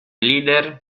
leader